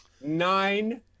nine